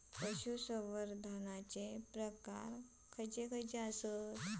पशुसंवर्धनाचे प्रकार खयचे आसत?